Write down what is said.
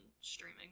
streaming